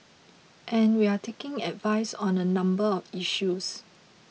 and we're taking advice on a number of issues